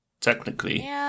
technically